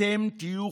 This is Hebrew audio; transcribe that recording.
אתם תהיו